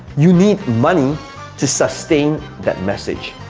you need money to sustain that message.